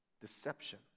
Deception